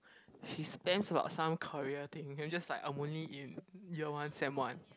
she spams about some career thing then I'm just like I'm only in year one sem one